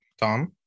Tom